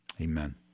amen